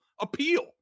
appeal